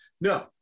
no